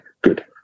good